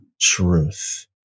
truth